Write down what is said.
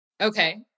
Okay